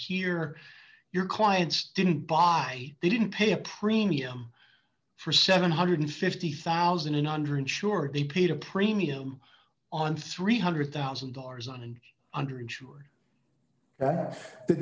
here your clients didn't buy they didn't pay a premium for seven hundred and fifty thousand dollars in under insured they paid a premium on three hundred thousand dollars on and under insured